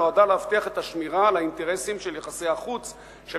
נועדה להבטיח את השמירה על האינטרסים של יחסי החוץ של